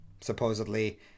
supposedly